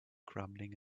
crumbling